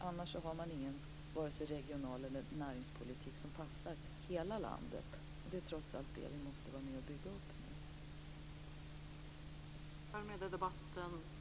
Annars har man varken någon regional eller näringspolitik som passar hela landet, och det är trots allt detta som vi måste vara med och bygga upp nu.